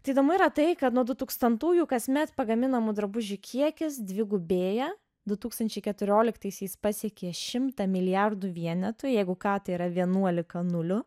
tai įdomu yra tai kad nuo du tūkstantųjų kasmet pagaminamų drabužių kiekis dvigubėja du tūkstančiai keturioliktaisiais pasiekė šimtą milijardų vienetų jeigu ką tai yra vienuolika nulių